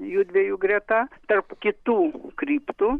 jųdviejų greta tarp kitų nukryptų